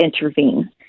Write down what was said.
intervene